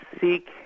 seek